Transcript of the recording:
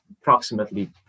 approximately